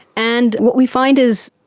and what we find is,